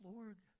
Lord